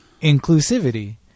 inclusivity